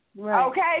Okay